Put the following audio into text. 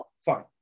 fine